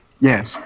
Yes